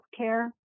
healthcare